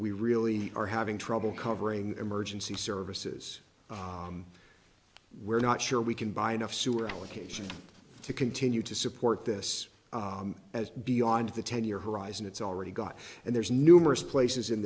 we really are having trouble covering emergency services we're not sure we can buy enough sewer allocation to continue to support this as beyond the ten year horizon it's already got and there's numerous places in